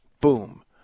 Boom